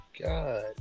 God